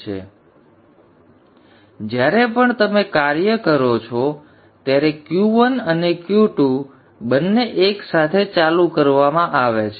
હવે જ્યારે પણ તમે કાર્ય કરો છો ત્યારે Q1 અને Q2 બંને એક સાથે ચાલુ કરવામાં આવે છે